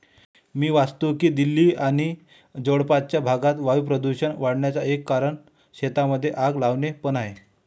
मी वाचतो की दिल्ली आणि जवळपासच्या भागात वायू प्रदूषण वाढन्याचा एक कारण शेतांमध्ये आग लावणे पण आहे